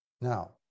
Now